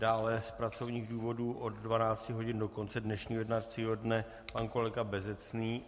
Dále z pracovních důvodů od 12 hodin do konce dnešního jednacího dne pan kolega Bezecný.